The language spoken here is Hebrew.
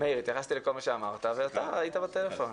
התייחסתי לכל מה שאמרת ואתה היית בטלפון,